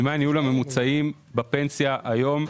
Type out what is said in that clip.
דמי הניהול הממוצעים בפנסיה היום,